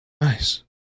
Nice